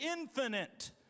infinite